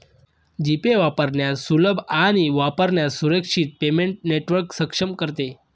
जी pay वापरण्यास सुलभ आणि वापरण्यास सुरक्षित पेमेंट नेटवर्क सक्षम करते